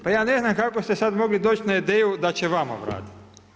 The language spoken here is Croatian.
Pa ja ne znam kako ste sada mogli doći na ideju da će vama vratiti.